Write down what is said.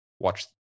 watch